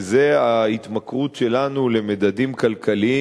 וזה ההתמכרות שלנו למדדים כלכליים,